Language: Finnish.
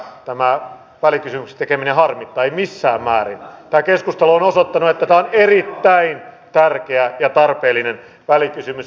tämä sali ja eduskunta on semmoinen että täällähän osataan puhua